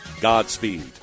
Godspeed